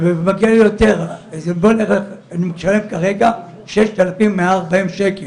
אני משלם כרגע 6,140 שקלים.